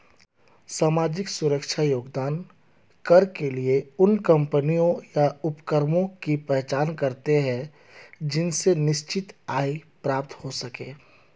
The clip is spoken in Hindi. सामाजिक सुरक्षा योगदान कर के लिए उन कम्पनियों या उपक्रमों की पहचान करते हैं जिनसे निश्चित आय प्राप्त हो सके